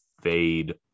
fade